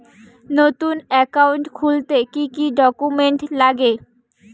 নতুন একাউন্ট খুলতে কি কি ডকুমেন্ট লাগে?